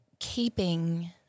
keeping